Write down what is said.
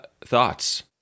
Thoughts